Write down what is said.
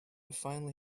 finally